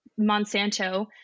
Monsanto